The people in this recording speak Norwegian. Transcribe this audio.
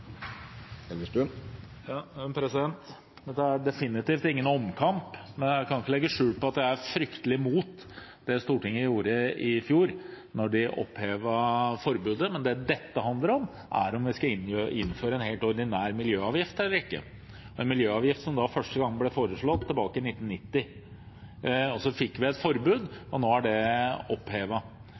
definitivt ingen omkamp, men jeg skal ikke legge skjul på at jeg er fryktelig imot det Stortinget gjorde i fjor, da man opphevet forbudet. Det dette handler om, er om vi skal innføre en helt ordinær miljøavgift eller ikke. En miljøavgift ble første gang foreslått tilbake i 1990. Så fikk vi et forbud, og nå er det